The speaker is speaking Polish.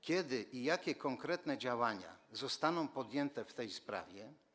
Kiedy i jakie konkretne działania zostaną podjęte w tej sprawie?